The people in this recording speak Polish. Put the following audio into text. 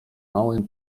małym